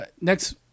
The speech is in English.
next